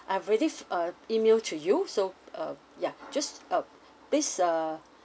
I have already uh email to you so uh yeah just uh please err